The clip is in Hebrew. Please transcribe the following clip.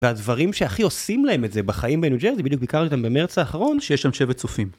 והדברים שהכי עושים להם את זה בחיים בניו ג'רזי, בדיוק ביקרתי אותם במרץ האחרון, שיש שם שבט סופים.